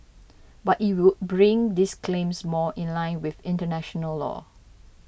but it would bring these claims more in line with international law